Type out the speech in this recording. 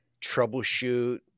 troubleshoot